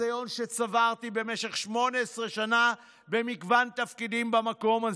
הניסיון שצברתי במשך 18 שנה במגוון תפקידים במקום הזה.